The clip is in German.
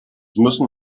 müssen